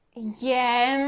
yeah? and